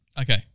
Okay